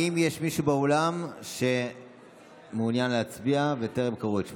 האם יש מישהו באולם שמעוניין להצביע וטרם קראו את שמו?